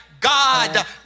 God